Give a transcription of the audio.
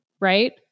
right